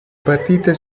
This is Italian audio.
partite